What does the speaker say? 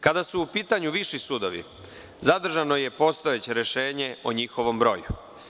Kada su u pitanju viši sudovi, zadržano je postojeće rešenje o njihovom broju.